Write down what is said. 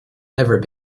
never